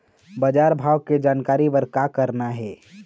बजार भाव के जानकारी बर का करना हे?